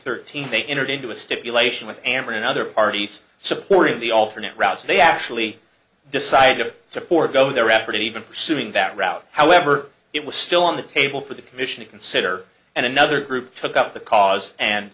thirteen they entered into a stipulation with amber and other parties supporting the alternate routes they actually decided to support go their effort even pursuing that route however it was still on the table for the commission to consider and another group took up the cause and